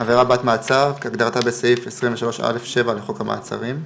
" עבירה בת מעצר" - כהגדרתה בסעיף 23(א)(7 )לחוק המעצרים.